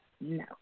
no